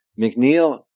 McNeil